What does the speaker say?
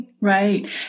Right